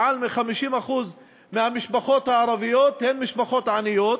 מעל 50% מהמשפחות הערביות הן משפחות עניות,